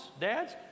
dads